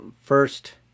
first